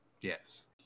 Yes